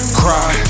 cry